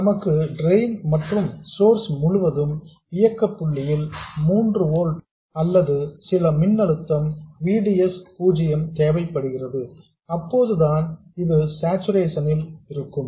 நமக்கு டிரெயின் மற்றும் சோர்ஸ் முழுவதும் இயக்கப் புள்ளியில் 3 ஓல்ட்ஸ் அல்லது சில மின் அழுத்தம் V D S 0 தேவைப்படுகிறது அப்போதுதான் இது சார்ச்சுரேசன் இல் இருக்கும்